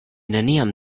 neniam